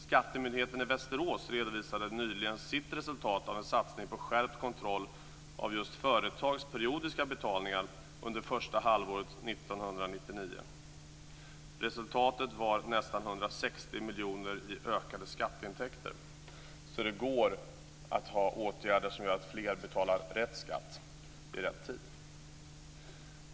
Skattemyndigheten i Västerås redovisade nyligen sitt resultat av en satsning på skärpt kontroll av just företags periodiska betalningar under första halvåret 1999. Resultatet var nästan 160 miljoner i ökade skatteintäkter. Det går alltså att vidta åtgärder som gör att fler betalar rätt skatt i rätt tid.